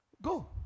Go